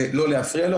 ולא להפריע לו.